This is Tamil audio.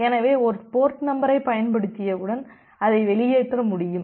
எனவே ஒரு போர்ட் நம்பரைப் பயன்படுத்தியவுடன் அதை வெளியேற்ற முடியாது